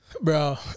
bro